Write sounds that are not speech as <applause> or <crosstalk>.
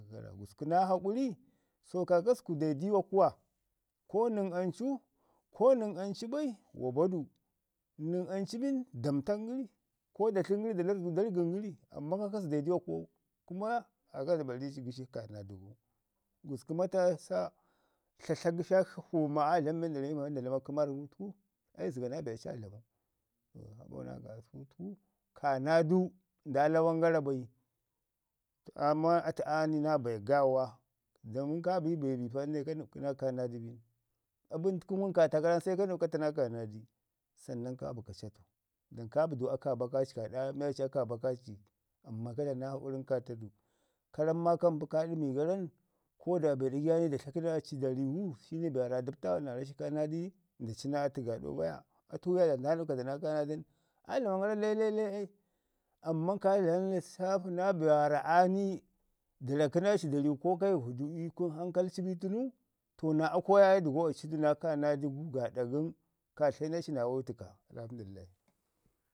gara naa haƙwi, so kaakasku de dima kuwa nən amu, ko nən anenbai wa badu. Nən ancu bin da mətan gəri ko da tlən gɗri da laridu da rəgən gəri amman kaakasku da diwa kuwau. Kuma kaakasku gu. Gusku matasa tlatla gəshak shi fuu maa aa dlama <unintelligible> kəmar gu təku, ai aci zəga naa be aci aa dlamau sabo naa kaasu təku kaanaadu nda lawan gara bai, to amman atu aa ni naa be gaawa. Don ka bi be bi pa ənde ka nəpku naa kaanaadi bim. Abən təku ngum kaa ta gara nən seka nəɗku naa kaanaadi sannan kabi ka ci atu. Donka bə du aka aa baka ci kaɗawe miya ci aka aa bakaci. Amman ka dlamu naa hakwu nən ka ta du. ka ramu naa ka mpi kaa dəmi garan, ko be ɗagai aa ni da tlatli naa ci da rimu shine be waarra aa dabte wa naa rashi kaamaadi nda ci naa atu gaaɗau bayar atu ye da nda nəbka naa kaanaadin da aa dlaman gara lailailai ai, amman kaa dlama lissafi naa be waarra aa ni da rakə naaci da riuuu, ko ka wu du ii kunu hankal ci bi tənu, to naa ako yaaye dəga aa ci du naa kaanaadi gu goaɗa yən ka tlayi naa ci naa awayu təka. Alhamdulillahi.